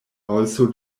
also